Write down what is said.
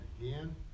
again